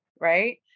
right